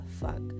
fuck